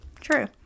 true